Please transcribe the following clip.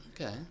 okay